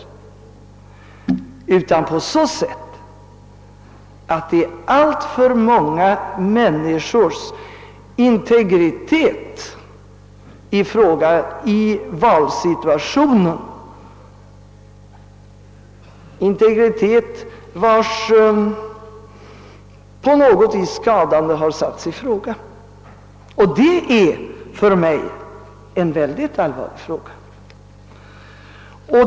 Men det är oroande på det sättet att alltför många människors integritet i valsituationen har satts i fråga. Och det är för mig en mycket allvarlig sak.